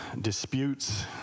disputes